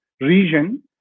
region